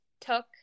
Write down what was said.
took